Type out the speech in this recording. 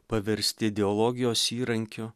paverst ideologijos įrankiu